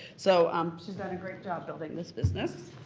so um done a great job building this business.